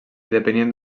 depenien